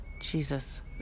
Jesus